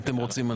אם אתם רוצים.